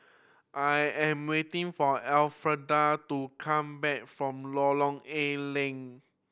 I am waiting for Elfreda to come back from Lorong A Leng